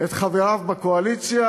את חבריו בקואליציה,